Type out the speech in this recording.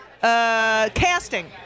casting